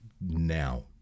now